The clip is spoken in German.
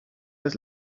das